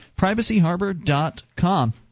privacyharbor.com